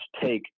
take